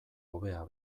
hobea